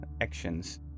actions